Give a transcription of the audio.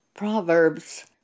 Proverbs